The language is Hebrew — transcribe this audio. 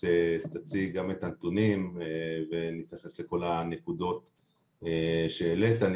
תציג גם את הנתונים ונתייחס לכל הנקודות שהעלית.